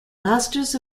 masters